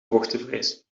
hoogtevrees